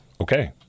Okay